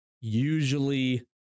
usually